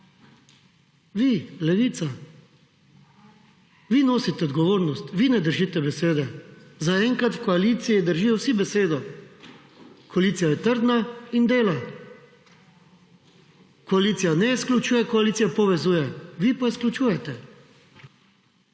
(nadaljevanje) odgovornost, vi ne držite besede. Za enkrat v koaliciji držijo si besedo. Koalicija je trdna in dela. Koalicija ne izključuje, koalicija povezuje vi pa izključujete.